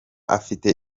afite